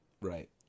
Right